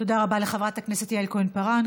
תודה רבה לחברת הכנסת יעל כהן-פארן.